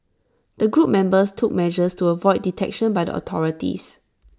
the group members took measures to avoid detection by the authorities